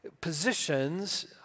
positions